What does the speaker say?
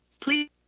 please